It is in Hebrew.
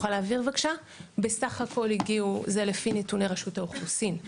בסך הכול, לפני נתוני רשות האוכלוסין,